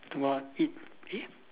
tomorrow eat eh